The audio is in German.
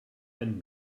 einen